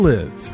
Live